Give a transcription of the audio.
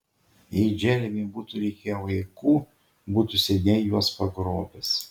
jei džeremiui būtų reikėję vaikų būtų seniai juos pagrobęs